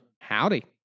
howdy